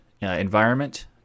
environment